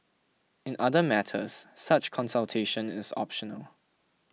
in other matters such consultation is optional